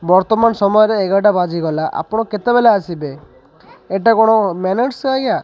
ବର୍ତ୍ତମାନ ସମୟରେ ଏଗାରଟା ବାଜିଗଲା ଆପଣ କେତେବେଲେ ଆସିବେ ଏଇଟା କ'ଣ ମ୍ୟାନର୍ସ ଆଜ୍ଞା